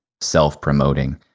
self-promoting